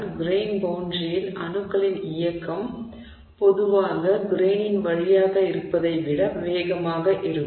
grain பௌண்டரியில் அணுக்களின் இயக்கம் பொதுவாக கிரெய்னின் வழியாக இருப்பதை விட வேகமாக இருக்கும்